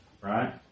right